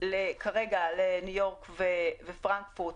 לניו-יורק ופרנקפורט,